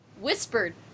whispered